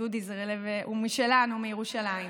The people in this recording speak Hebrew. דודי, הוא משלנו, מירושלים,